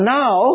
now